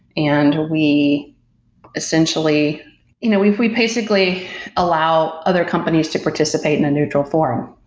and we essentially you know we we basically allow other companies to participate in a neutral form.